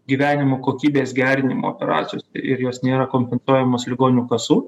gyvenimo kokybės gerinimo operacijos ir jos nėra kompensuojamos ligonių kasų